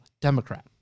Democrat